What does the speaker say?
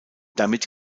damit